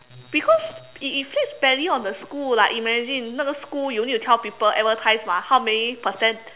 because it inflicts badly on the school like imagine if not the school you need to tell people advertise mah how many percent